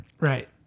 right